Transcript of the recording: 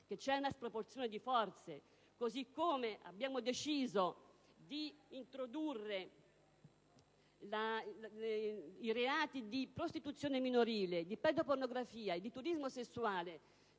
è una sproporzione di forze, così come abbiamo deciso di introdurre i reati di prostituzione minorile, di pedopornografia e di turismo sessuale